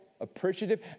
appreciative